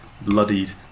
bloodied